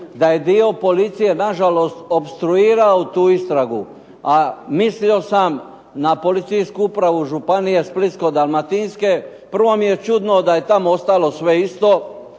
da je dio policije na žalost opstruirao tu istragu, a mislim sam na policijsku upravu Županije Splitsko-dalmatinske. Prvo mi je čudno da je tamo ostalo sve isto,